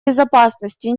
безопасности